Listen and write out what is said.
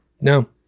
No